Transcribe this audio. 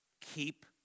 Keep